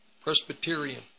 Presbyterian